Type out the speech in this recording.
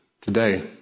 today